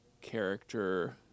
character